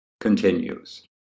continues